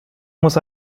muss